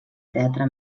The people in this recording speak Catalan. teatre